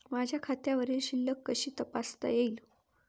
माझ्या खात्यावरील शिल्लक कशी तपासता येईल?